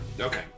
okay